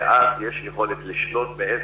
ואז יש יכולת לשלוט, בעצם,